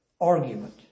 argument